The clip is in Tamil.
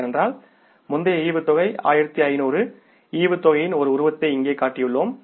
ஏனென்றால் முந்தைய டிவிடெண்ட் 1500 டிவிடெண்ட்யின் ஒரு உருவத்தை இங்கே காட்டியுள்ளோம்